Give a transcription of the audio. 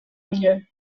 mnie